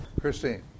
Christine